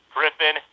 Griffin